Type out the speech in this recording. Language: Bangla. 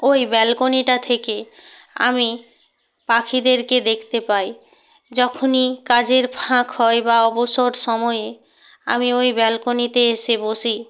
ওই ব্যালকনিটা থেকে আমি পাখিদেরকে দেখতে পাই যখনই কাজের ফাঁক হয় বা অবসর সময়ে আমি ওই ব্যালকনিতে এসে বসি